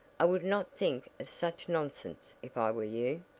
i would not think of such nonsense if i were you.